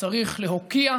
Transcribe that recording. צריך להוקיע,